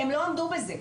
הם לא עמדו בזה,